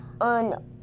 on